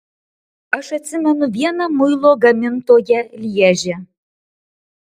aš atsimenu vieną muilo gamintoją lježe